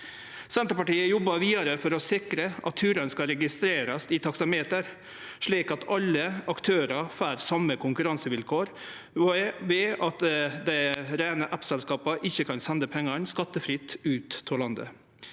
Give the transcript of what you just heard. Senterpartiet jobbar vidare for å sikre at turane skal registrerast i taksameter, slik at alle aktørar får same konkurransevilkår, ved at dei reine app-selskapa ikkje kan sende pengane skattefritt ut av landet.